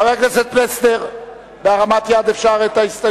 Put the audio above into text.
חבר הכנסת פלסנר, אפשר בהרמת יד את ההסתייגויות?